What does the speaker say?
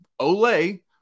Olay